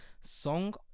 song